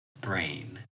brain